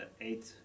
eight